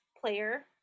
player